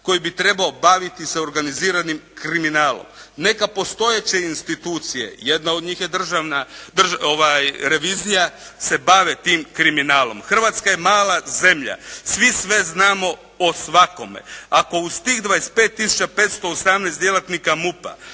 koji bi trebao baviti se organiziranim kriminalom. Neke postojeće institucije jedna od njih je Državna revizija se bave tim kriminalom. Hrvatska je mala zemlja. Svi sve znamo o svakome. Ako uz tih 25518 djelatnika MUP-a